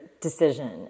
decision